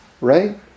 Right